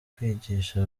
kwigisha